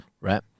right